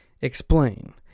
explain